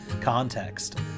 context